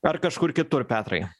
ar kažkur kitur petrai